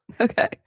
okay